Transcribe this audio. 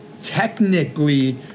Technically